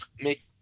make